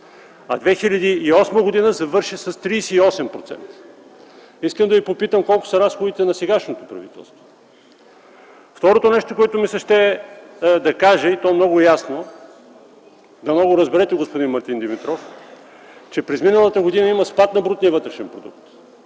и осма година завърши с 38%. Искам да Ви попитам: колко са разходите на сегашното правителство? Второто нещо, което ми се иска да кажа и то много ясно, дано го разберете, господин Мартин Димитров, е, че през миналата година има спад на брутния вътрешен продукт